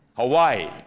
Hawaii